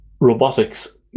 robotics